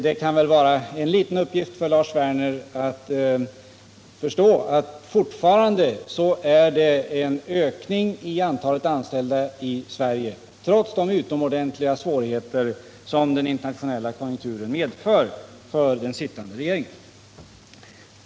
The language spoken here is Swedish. Det kan vara en uppgift, Lars Werner, som visar att det fortfarande är en ökning i antalet anställda i Sverige trots de utomordentliga svårigheter som den internationella lågkonjunkturen medför för den sittande regeringen.